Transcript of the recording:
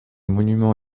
monuments